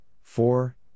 four